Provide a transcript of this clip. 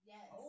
Yes